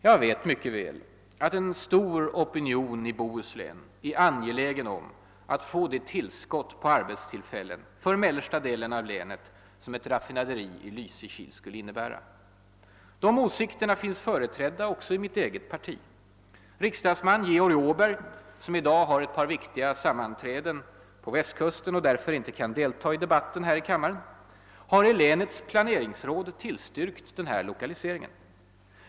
Jag vet mycket väl att en stor opinion i Bohuslän är angelägen om att få det tillskott på arbetstillfällen för mellersta delen av länet som ett raffinaderi i Lysekil skulle innebära. De åsikterna finns företrädda också i mitt eget parti. Riksdagsman Georg Åberg, som i dag har ett par viktiga sammanträden på Västkusten och därför inte kan delta i debatten här i kammaren, har i länets planeringsråd tillstyrkt den här lokaliseringen.